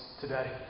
today